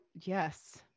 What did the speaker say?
yes